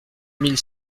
mille